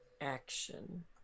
action